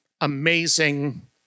amazing